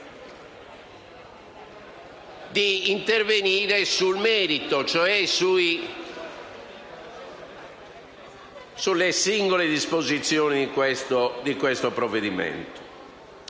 di intervenire sul merito, cioè sulle singole disposizioni in esso contenute.